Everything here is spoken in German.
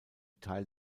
teil